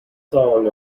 song